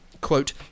quote